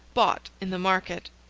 bought in the market.